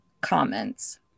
Comments